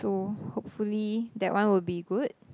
to hopefully that one will be good